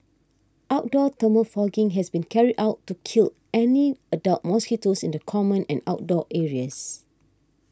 outdoor thermal fogging has been carried out to kill any adult mosquitoes in the common and outdoor areas